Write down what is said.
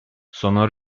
sono